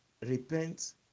repent